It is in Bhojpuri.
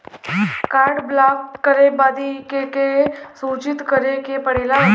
कार्ड ब्लॉक करे बदी के के सूचित करें के पड़ेला?